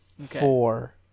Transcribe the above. four